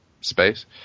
space